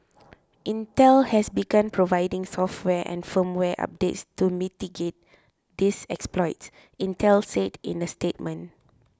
Intel has begun providing software and firmware updates to mitigate these exploits Intel said in a statement